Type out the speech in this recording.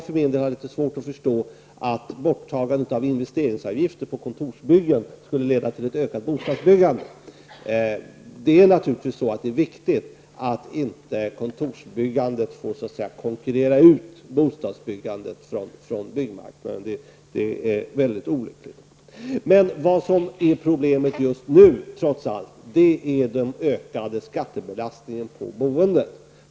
För min del har jag litet svårt att förstå att borttagandet av investeringsavgifter på kontorsbyggen skulle leda till ett ökat bostadsbyggande. Det är naturligtvis viktigt att kontorsbyggandet inte får konkurrera ut bostadsbyggandet från byggmarknaden. Något sådant skulle vara mycket olyckligt. Problemet just nu är trots allt den ökade skattebelastningen på boendet.